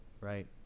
right